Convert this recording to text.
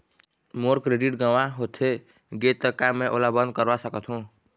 मोर credit गंवा होथे गे ता का मैं ओला बंद करवा सकथों?